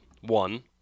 One